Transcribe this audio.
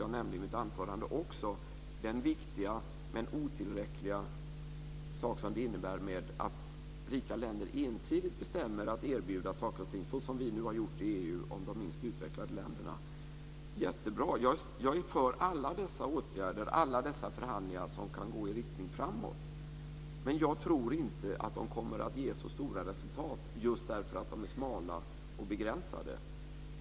Jag nämnde också i mitt anförande den viktiga men otillräckliga sak som det innebär att rika länder ensidigt bestämmer att erbjuda saker och ting, såsom vi nu har gjort i EU till de minst utvecklade länderna. Det är jättebra. Jag är för alla de åtgärder och förhandlingar som kan gå i riktning framåt. Men jag tror inte att de kommer att ge så stora resultat just därför att de är smala och begränsade.